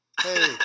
Hey